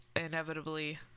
inevitably